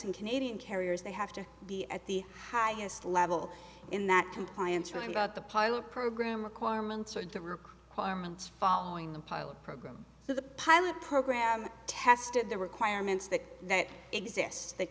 and canadian carriers they have to be at the highest level in that compliance or about the pilot program requirements and the rupee carmen's following the pilot program so the pilot program tested the requirements that exist that